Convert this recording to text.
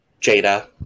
Jada